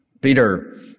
Peter